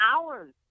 hours